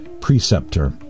preceptor